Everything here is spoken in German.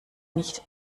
nicht